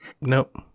nope